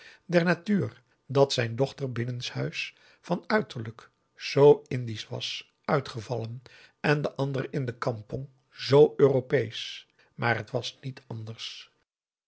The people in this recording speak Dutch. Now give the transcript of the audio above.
der natuur dat zijn dochter binnenshuis van uiterlijk zoo indisch was uitgevallen en de andere in de kampong zoo europeesch maar het was niet anders